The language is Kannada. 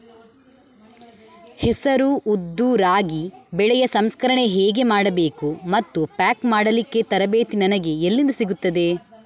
ಹೆಸರು, ಉದ್ದು, ರಾಗಿ ಬೆಳೆಯ ಸಂಸ್ಕರಣೆ ಹೇಗೆ ಮಾಡಬೇಕು ಮತ್ತು ಪ್ಯಾಕ್ ಮಾಡಲಿಕ್ಕೆ ತರಬೇತಿ ನನಗೆ ಎಲ್ಲಿಂದ ಸಿಗುತ್ತದೆ?